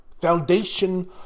foundation